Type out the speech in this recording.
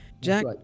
Jack